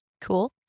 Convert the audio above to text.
Cool